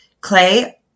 Clay